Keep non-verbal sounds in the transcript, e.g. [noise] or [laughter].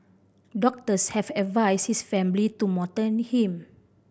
doctors have advised his family to [unintelligible] him